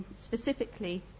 specifically